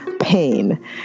pain